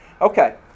Okay